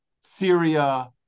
Syria